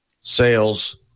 sales